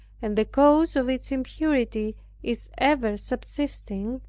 and the cause of its impurity is ever subsisting,